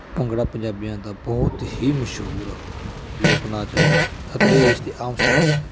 ਭੰਗੜਾ ਪੰਜਾਬੀਆਂ ਦਾ ਬਹੁਤ ਹੀ ਮਸ਼ਹੂਰ ਲੋਕ ਨਾਚ ਹੈ ਅਤੇ ਇਹ ਇਸਦੇ ਆਮ ਸਟੈਪ ਨੇ